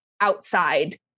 outside